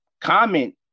comment